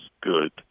good